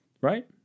right